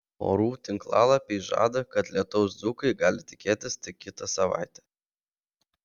orų tinklalapiai žada kad lietaus dzūkai gali tikėtis tik kitą savaitę